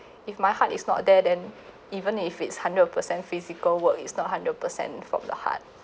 if my heart is not there then even if it's hundred percent physical work it's not hundred percent from the heart